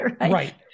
right